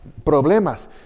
problemas